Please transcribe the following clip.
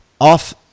off